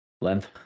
length